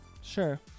Sure